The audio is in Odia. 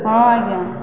ହଁ ଆଜ୍ଞା